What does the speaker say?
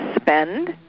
spend